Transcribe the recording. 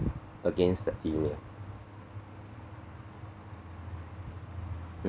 against the female mm